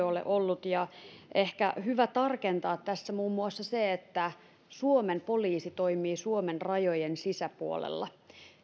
ole ollut on ehkä hyvä tarkentaa tässä muun muassa se että suomen poliisi toimii suomen rajojen sisäpuolella